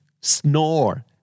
Snore